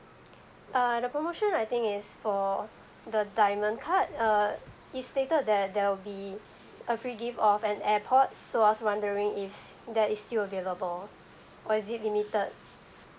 uh the promotion I think is for the diamond card err it's stated there that will be a free gift of an airpod so I was wondering if that is still available or is it limited